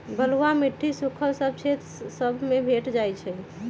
बलुआ माटी सुख्खल क्षेत्र सभ में भेंट जाइ छइ